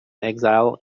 exile